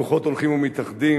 הכוחות הולכים ומתאחדים,